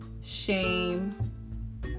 shame